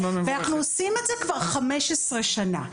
ואנחנו עושים את זה כבר 15 שנה.